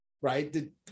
right